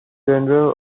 general